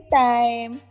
time